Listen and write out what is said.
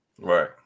Right